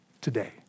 today